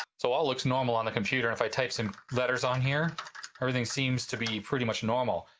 so all looks normal on the computer if i type some letters on here everything seems to be pretty much normal.